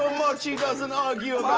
ah mochy doesn't argue!